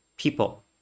people